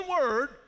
word